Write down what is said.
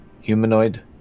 humanoid